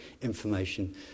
information